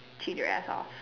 cheat your ass off